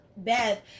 Beth